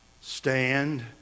stand